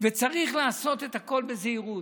וצריך לעשות את הכול בזהירות.